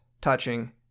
touching